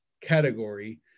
category